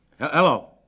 Hello